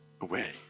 away